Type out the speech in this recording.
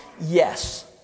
Yes